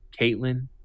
Caitlyn